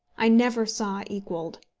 i never saw equalled.